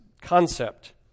concept